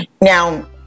now